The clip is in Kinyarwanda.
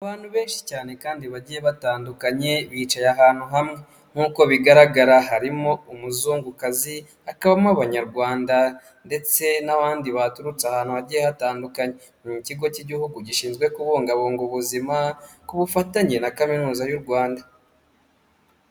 Abantu benshi cyane kandi bagiye batandukanye bicaye ahantu hamwe nk’uko bigaragara harimo umuzungukazi akabamo abanyarwanda ndetse n'abandi baturutse ahantu hagiye hatandukanye mu kigo cy'igihugu gishinzwe kubungabunga ubuzima ku bufatanye na kaminuza y'u Rwanda.